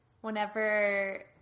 Whenever